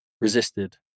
resisted